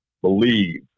believe